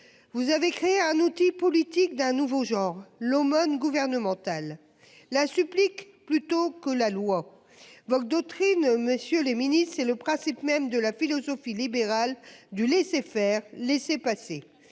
Vous avez créé un outil politique d'un nouveau genre l'aumône gouvernementale la supplique, plutôt que la loi. D'autres il ne Monsieur le Ministre, c'est le principe même de la philosophie libérale du laisser-faire laisser-passer